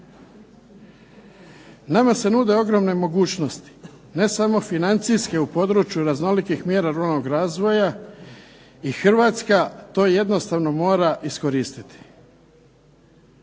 Nama se nude ogromne mogućnosti, ne samo financijske u području raznolikih mjera ruralnog razvoja i Hrvatska to jednostavno mora iskoristiti.